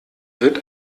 wird